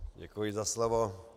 Děkuji za slovo.